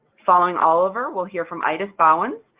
following oliver, we'll hear from ides bauwens,